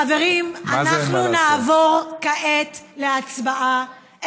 חברים, אנחנו נעבור כעת להצבעה.